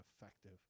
effective